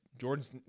Jordan's